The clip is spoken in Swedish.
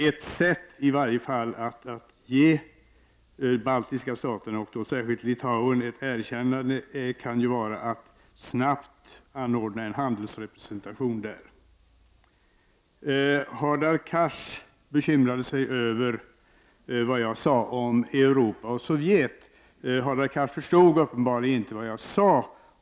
Ett sätt att ge de baltiska staterna, särskilt Litauen, ett erkännande kan vara att snabbt anordna en handelsrepresentation där. Hadar Cars bekymrade sig över vad jag sade om Europa och Sovjet. Hadar Cars förstod uppenbarligen inte vad jag sade.